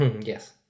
Yes